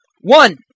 One